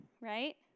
right